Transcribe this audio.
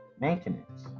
maintenance